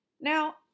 Now